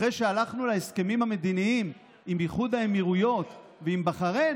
אחרי שהלכנו להסכמים המדיניים עם איחוד האמירויות ועם בחריין